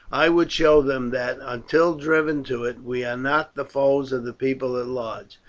i would show them that, until driven to it, we are not the foes of the people at large.